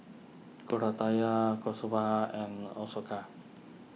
Koratala Kasturba and Ashoka